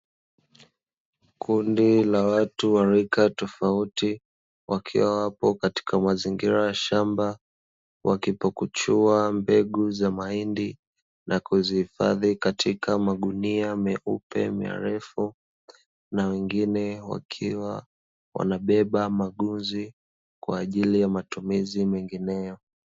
Kundi la watu wa rika tofauti, wakiwa wapo katika mazingira ya shamba wakipukuchua mbegu za mahindi, na kuzihifadhi katika magunia meupe marefu, na wengine wakiwa wanabeba magunzi kwa ajili ya matumizi mengineyo.